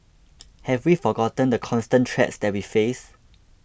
have we forgotten the constant threats that we face